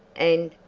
and,